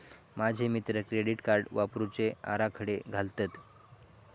माझे मित्र credit card वापरुचे आराखडे घालतत